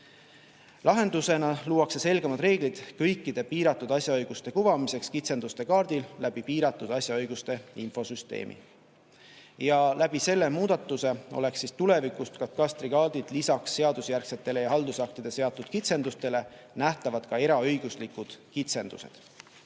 Lahendusena luuakse selgemad reeglid kõikide piiratud asjaõiguste kuvamiseks kitsenduste kaardil läbi piiratud asjaõiguste infosüsteemi. Ja läbi selle muudatuse oleks tulevikus katastrikaardil lisaks seadusjärgsetele ja haldusaktide seatud kitsendustele nähtavad ka eraõiguslikud kitsendused.